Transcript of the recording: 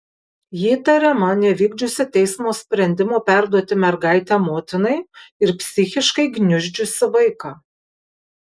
ji įtariama nevykdžiusi teismo sprendimo perduoti mergaitę motinai ir psichiškai gniuždžiusi vaiką